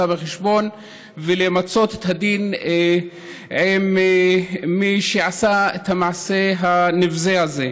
בחשבון ולמצות את הדין עם מי שעשה את המעשה הנבזי הזה.